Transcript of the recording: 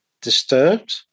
disturbed